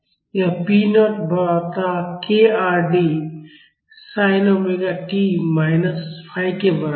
यह p naught बटा k RD sin omega t minus phi के बराबर है